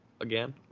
again